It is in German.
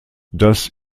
das